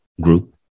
group